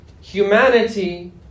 humanity